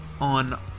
on